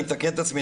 אני אתקן את עצמי,